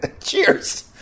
cheers